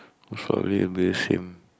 probably will be the same